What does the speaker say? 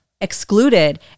excluded